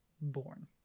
born